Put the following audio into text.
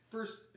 First